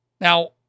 Now